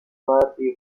مردی